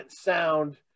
sound